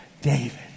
David